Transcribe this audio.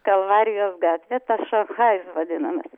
kalvarijos gatvė tas šanchajus vadinamas